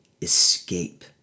escape